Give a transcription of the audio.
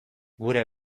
gure